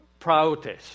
praotes